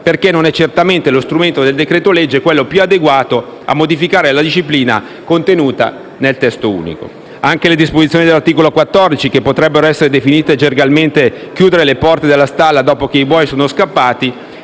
perché non è certamente lo strumento del decreto-legge quello più adeguato a modificare la disciplina contenuta nel testo unico. Anche le disposizioni dell'articolo 14, che potrebbero essere definite gergalmente "chiudere le porte della stalla dopo che i buoi sono scappati",